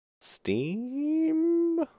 Steam